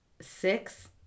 six